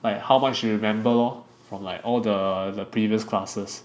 like how much you remember lor from like all the the previous classes